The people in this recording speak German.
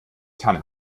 tanne